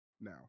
now